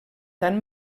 tant